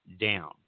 down